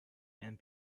and